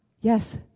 Yes